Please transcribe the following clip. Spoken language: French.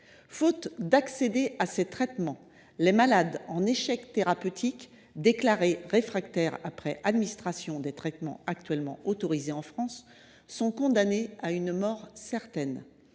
Faute d’accès à ces traitements, les malades en échec thérapeutique, déclarés réfractaires après administration des traitements actuellement autorisés en France, sont condamnés à une mort certaine.